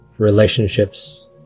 relationships